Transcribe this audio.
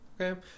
okay